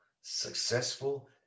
successful